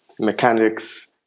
mechanics